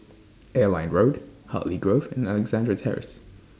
Airline Road Hartley Grove and Alexandra Terrace